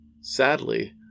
Sadly